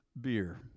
beer